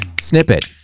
Snippet